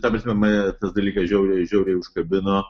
ta prasme mane tas dalykas žiauriai žiauriai užkabino